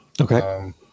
Okay